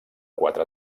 quatre